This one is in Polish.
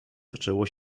zaczęło